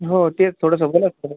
हो तेच थोडंसं बोलायचं होतं